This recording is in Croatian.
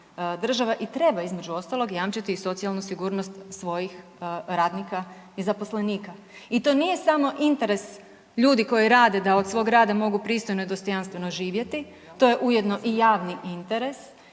država i treba između ostalog jamčiti i socijalnu sigurnost svojih radnika i zaposlenika. I to nije samo interes ljudi koji rade da od svog rada mogu pristojno i dostojanstveno živjeti, to je ujedno i javni interes